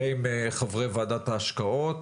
ועם חברי ועדת ההשקעות.